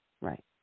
right